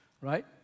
Right